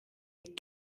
est